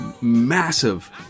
massive